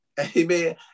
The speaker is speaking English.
amen